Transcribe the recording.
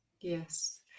Yes